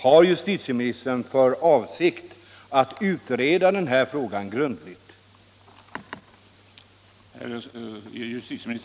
Har justitieministern för avsikt att utreda den här frågan grundligt?